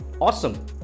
awesome